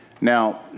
Now